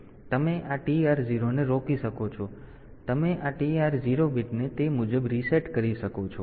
તેથી તમે આ TR0 ને રોકી શકો છો તમે આ TR0 બીટને તે મુજબ રીસેટ કરી શકો છો